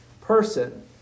person